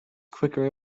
quicker